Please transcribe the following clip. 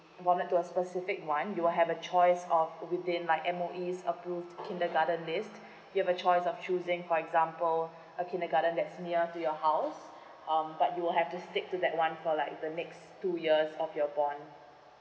warrant to a specific one you will have a choice of within like MOE's approved kindergarten list you'll have a choice of choosing for example a kindergarten that's near to your house um but you will have to stick to that one for like the next two years of your bond